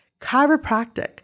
chiropractic